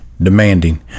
Demanding